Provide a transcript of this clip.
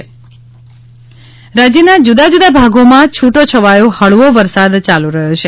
વરસાદ રાજ્યના જુદા જુદા ભાગોમાં છુટો છવાયો હળવો વરસાદ યાલુ રહ્યો છે